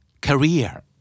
Career